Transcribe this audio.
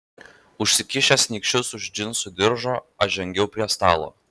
užsikišęs nykščius už džinsų diržo aš žengiau prie stalo